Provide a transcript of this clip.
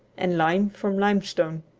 and lime from limestone.